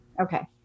Okay